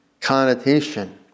connotation